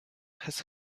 has